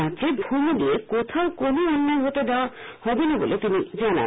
রাজ্যে ভূমি নিয়ে কোখাও কোনও অন্যায় হতে দেওয়া হবে না বলে তিনি জানান